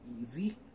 easy